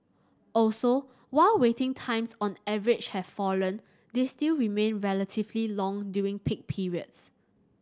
also while waiting times on average have fallen they still remain relatively long during peak periods